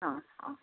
ହଁ ହଁ